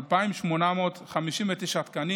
2,859 תקנים,